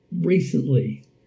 recently